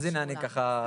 אז הינה אני ככה,